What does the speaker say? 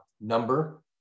number